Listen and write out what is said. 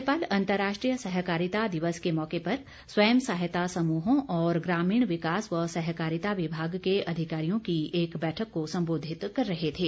राज्यपाल अंतर्राष्ट्रीय सहकारिता दिवस के मौके पर स्वयं सहायता समूहों और ग्रामीण विकास व सहकारिता विभाग के अधिकारियों की एक बैठक को संबोधित कर रहे थे